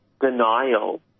denial